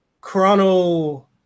Chrono